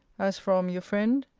as from your friend,